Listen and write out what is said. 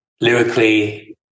lyrically